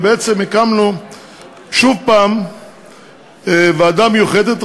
ובעצם הקמנו שוב הפעם ועדה מיוחדת,